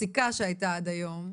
והפסיקה שהייתה עד היום.